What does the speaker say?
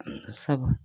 यह सब